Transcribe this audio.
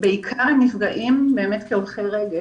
היא כמעט פי חמישה, הם בעיקר נפגעים כהולכי רגל.